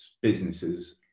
businesses